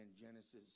Genesis